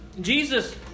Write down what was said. Jesus